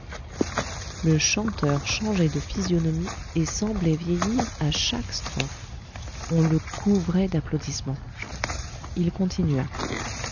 le chanteur changeait de physionomie et semblait vieillir à chaque strophe on le couvrait d'applaudissements il continua